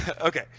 Okay